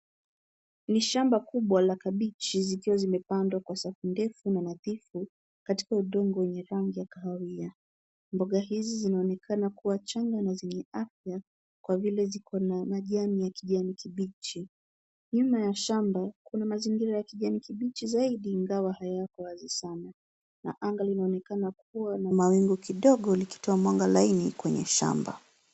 Ni shamba kubwa la kabichi zikiwa zimepandwa kwa safu ndefu na nadhifu katika udongo wenye rangi ya kahawia. Mboga hizi zinaonekana kuwa changa na zenye afya kwa vile ziko na majani ya kijani kibichi. Nyuma ya shamba kuna mazingira ya kijani kibichi zaidi, ingawa hayako wazi sana na anga linaonekana kuwa na mawingu kidogo likitoa mwanga laini kwenye shamba.